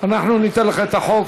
אנחנו ניתן לך את החוק,